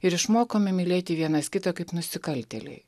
ir išmokome mylėti vienas kitą kaip nusikaltėliai